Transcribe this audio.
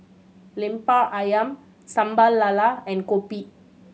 Lemper Ayam Sambal Lala and kopi